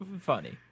funny